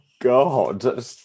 god